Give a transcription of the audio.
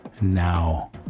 now